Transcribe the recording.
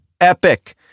epic